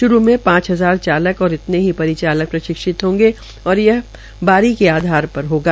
श्रू के पांच हजार चालक और इतने ही परिचालक प्रशिक्षत होंगे और यह बारी के आधार पर होगा